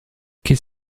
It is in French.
qu’est